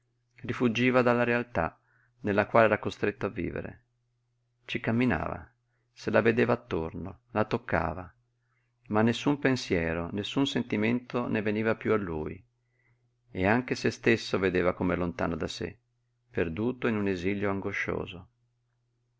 rifuggiva dalla realtà nella quale era costretto a vivere ci camminava se la vedeva attorno la toccava ma nessun pensiero nessun sentimento ne veniva piú a lui e anche se stesso vedeva come lontano da sé perduto in un esilio angoscioso